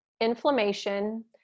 inflammation